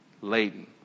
laden